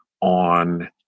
on